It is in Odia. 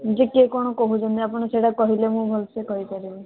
ଯିଏ କିଏ କଣ କହୁଛନ୍ତି ଆପଣ ସେଗୁଡ଼ା କହିଲେ ଭଲ ସେ ମୁଁ କହିପାରିବି